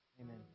amen